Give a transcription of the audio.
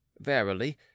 Verily